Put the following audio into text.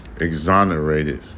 exonerated